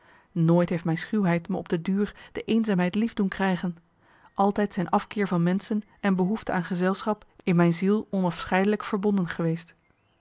nooit heeft mijn schuwheid me op de duur de eenzaamheid lief doen krijgen altijd zijn afkeer van menschen en behoefte aan gezelschap in mijn ziel onafscheidelijk verbonden geweest